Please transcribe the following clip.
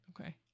Okay